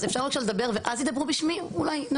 אז אפשר בבקשה לדבר ואז אולי תדברו בשמי, נועה?